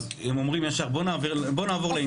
הם אומרים ישר - בוא נעבור לעניין.